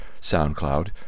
SoundCloud